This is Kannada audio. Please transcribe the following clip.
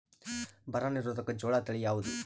ಬರ ನಿರೋಧಕ ಜೋಳ ತಳಿ ಯಾವುದು?